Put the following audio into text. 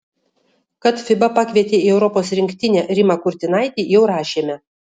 kad fiba pakvietė į europos rinktinę rimą kurtinaitį jau rašėme